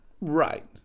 Right